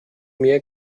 mehr